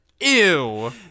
ew